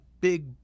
big